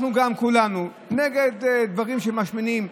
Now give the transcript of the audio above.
אנחנו גם כולנו נגד דברים שמשמינים,